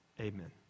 Amen